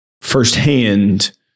firsthand